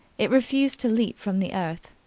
it refused to leap from the earth.